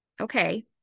Okay